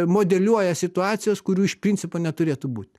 modeliuoja situacijas kurių iš principo neturėtų būt